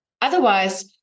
Otherwise